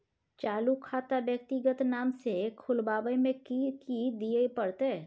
चालू खाता व्यक्तिगत नाम से खुलवाबै में कि की दिये परतै?